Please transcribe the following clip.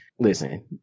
Listen